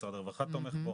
משרד הרווחה תומך בו,